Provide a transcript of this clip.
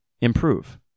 improve